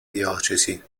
diocesi